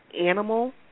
animal